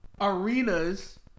arenas